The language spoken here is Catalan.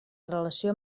relació